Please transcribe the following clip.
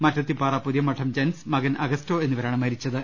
മറ്റത്തിപാറ പുതിയമഠം ജൻസ് മകൻ അഗസ്റ്റൊ എന്നിവരാണ് മരി ച്ചത്